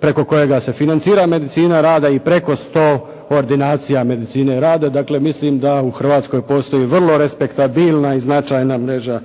preko kojega se financira medicina rada i preko 100 ordinacija medicine rada. Dakle, mislim da u Hrvatskoj postoji vrlo respektabilna i značajna mreža